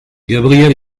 gabriel